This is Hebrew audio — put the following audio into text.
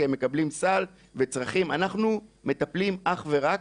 אנחנו מטפלים אך ורק,